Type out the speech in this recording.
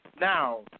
Now